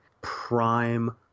prime